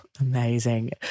Amazing